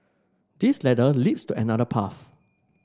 this ladder leads to another path